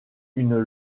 une